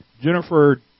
Jennifer